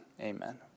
amen